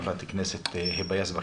חברת הכנסת היבה יזבק,